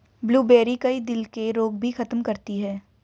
blueberry, कई दिल के रोग भी खत्म करती है